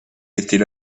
était